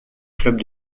club